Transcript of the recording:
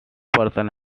person